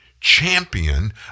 champion